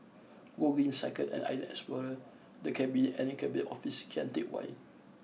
Gogreen Cycle and Island Explorer The Cabinet and Cabinet Office Kian Teck Way